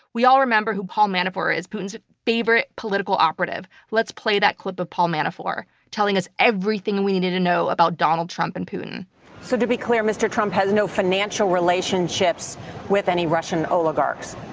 we all remember who paul manafort is, putin's favorite political operative. let's play that clip of paul manafort telling us everything we needed to know about donald trump and putin. speaker so to be clear, mr. trump has no financial relationships with any russian oligarchs.